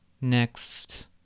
next